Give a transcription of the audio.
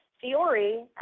Fiore